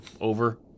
over